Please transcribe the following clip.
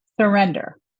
surrender